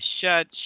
shut